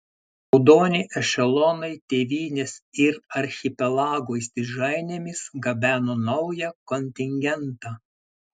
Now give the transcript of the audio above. raudoni ešelonai tėvynės ir archipelago įstrižainėmis gabeno naują kontingentą